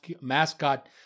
mascot